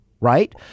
right